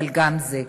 אבל גם זה,